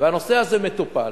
והנושא הזה מטופל.